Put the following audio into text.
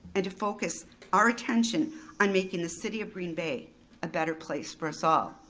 and to focus our attention on making the city of green bay a better place for us all.